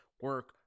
Work